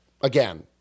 again